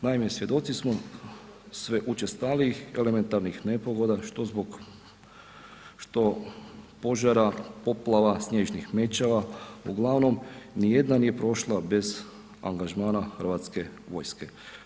Naime, svjedoci smo sve učestalijih elementarnih nepogoda što zbog, što požara, poplava, snježnih mećava, uglavnom ni jedna nije prošla bez angažmana Hrvatske vojske.